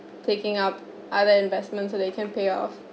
picking up other investments so that you can pay off